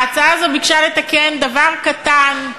ההצעה הזו ביקשה לתקן דבר קטן,